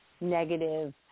Negative